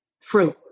fruit